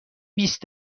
بیست